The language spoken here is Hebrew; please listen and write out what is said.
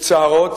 מצערות,